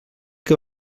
que